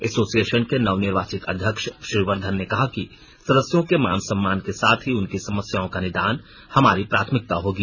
association के नवनिर्वाचित अध्यक्ष श्री वर्द्वन ने कहा कि सदस्यों के मान सम्मान के साथ ही उनकी समस्याओं का निदान हमारी प्राथमिकता होगी